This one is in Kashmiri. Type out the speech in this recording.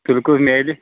بِلکُل میلہِ